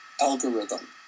algorithm